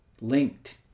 linked